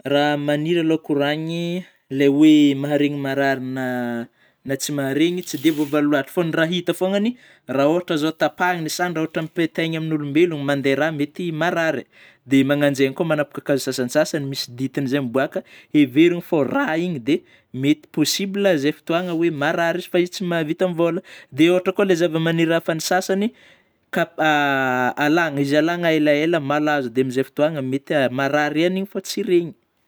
Raha magniry alô kôragny; le oe mahareny marary na tsy mahareny tsy dia voavaly lôatra; fô ny raha hita foagnany, raha ôhatry zao tapahana zandry raha ohatry ampitahaina amin'ny ôlombelona mande rà mety marary; de mananjay koa manapaka kakazo sasan-tsasany misy dintiny izay miboaka, everiny fô rà igny de mety possible izay fotôagna oe marary izy, fa izy tsy mahavita mivôlagna dia ôhatry koa ilay zavamaniry hafa an'ny sasany ka alana izy ,alana elaela, malazo; de amin'izay fotôgna mety marary ihany iny fô tsy reigny.